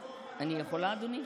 מכבי, אני יכולה, אדוני?